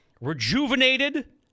rejuvenated